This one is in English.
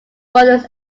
brothers